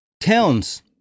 towns